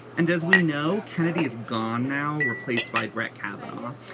and as we know kennedy is gone now replaced by brett kavanaugh.